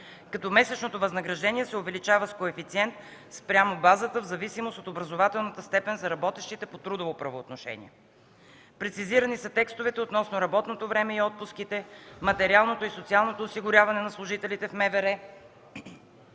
като месечното възнаграждение се увеличава с коефициент спрямо базата в зависимост от образователната степен за работещите по трудово правоотношение. Прецизирани са текстовете относно работното време и отпуските, материалното и социално осигуряване на служителите в МВР,